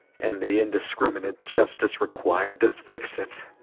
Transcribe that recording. and the indiscriminate justice required to fix it.